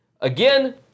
Again